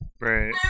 Right